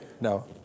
No